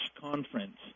conference